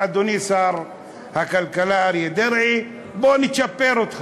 אתה איש השכבה החלשה, אדוני שר הכלכלה אריה דרעי.